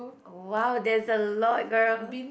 !wow! that's a lot girl